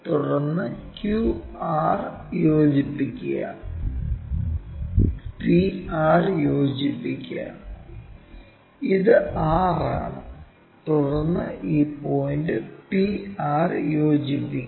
തുടർന്ന് q r യോജിപ്പിക്കുക p r യോജിപ്പിക്കുക ഇത് r ആണ് തുടർന്ന് ഈ പോയിൻറ് p r യോജിപ്പിക്കുക